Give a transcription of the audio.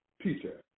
Peter